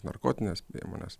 narkotines priemones